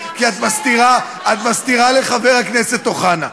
לשבת, כי את מסתירה לחבר הכנסת אוחנה.